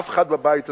אף אחד בבית הזה,